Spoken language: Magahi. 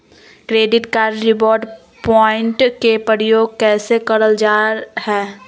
क्रैडिट कार्ड रिवॉर्ड प्वाइंट के प्रयोग कैसे करल जा है?